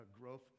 growth